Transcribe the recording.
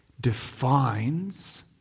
defines